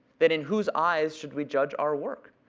that in whose eyes should we judge our work?